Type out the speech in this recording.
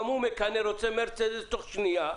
גם הוא רוצה מרצדס תוך שנייה,